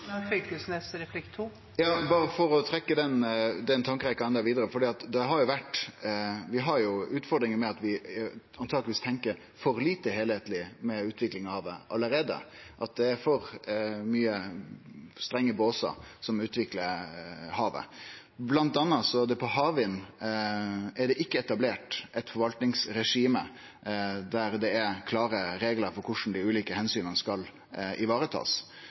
den tankerekkja vidare: Vi har jo utfordringar med at vi antakeleg tenkjer for lite heilskapleg om utviklinga av havet allereie, at det er for strenge båsar når ein utviklar havet. Blant anna er det for havvind ikkje etablert eit forvaltningsregime der det er klare reglar for korleis dei ulike omsyna skal